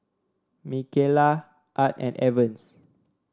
Mikaela Art and Evans